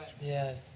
Yes